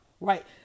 Right